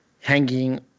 hanging